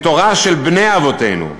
מתורה של בני אבותינו.